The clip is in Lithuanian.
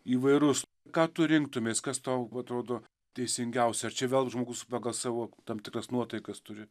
įvairus ką tu rinktumeis kas tau atrodo teisingiausia čia vėl žmogus pagal savo tam tikras nuotaikas turi